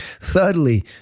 Thirdly